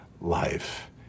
life